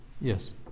Yes